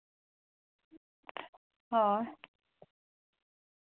ᱦᱳᱭ